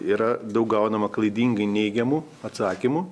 yra daug gaunama klaidingai neigiamų atsakymų